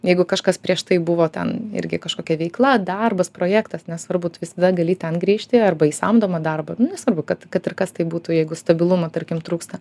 jeigu kažkas prieš tai buvo ten irgi kažkokia veikla darbas projektas nesvarbu tu visada gali ten grįžti arba į samdomą darbą nu nesvarbu kad kad ir kas tai būtų jeigu stabilumo tarkim trūksta